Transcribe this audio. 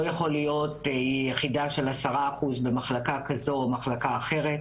לא יכול להיות יחידה של 10% במחלקה כזאת או מחלקה אחרת,